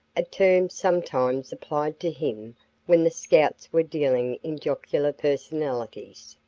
a term sometimes applied to him when the scouts were dealing in jocular personalities.